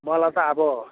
मलाई त अब